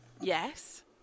Yes